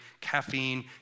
caffeine